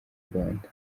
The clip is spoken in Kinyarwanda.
rwanda